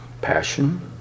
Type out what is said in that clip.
Passion